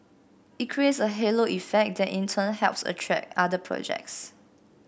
it creates a halo effect that in turn helps attract other projects